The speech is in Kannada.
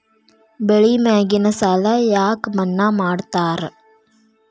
ಬೆಳಿ ಮ್ಯಾಗಿನ ಸಾಲ ಯಾಕ ಮನ್ನಾ ಮಾಡ್ತಾರ?